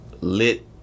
lit